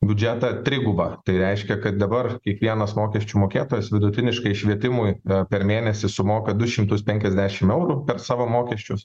biudžetą trigubą tai reiškia kad dabar kiekvienas mokesčių mokėtojas vidutiniškai švietimui per mėnesį sumoka du šimtus penkiasdešimt eurų per savo mokesčius